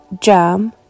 Jam